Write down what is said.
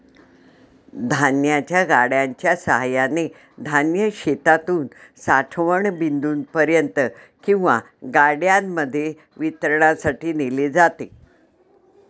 धान्याच्या गाड्यांच्या सहाय्याने धान्य शेतातून साठवण बिंदूपर्यंत किंवा गाड्यांमध्ये वितरणासाठी नेले जाते